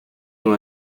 nur